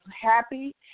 happy